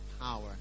power